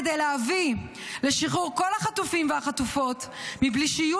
כדי להביא לשחרור כל החטופים והחטופות מבלי שיהיו